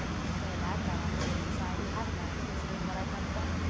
say, i've got on some in society, haven't i, considering what i come from?